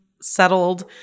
settled